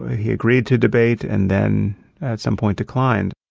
he agreed to debate and then at some point declined.